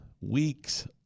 weeks